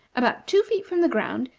about two feet from the ground,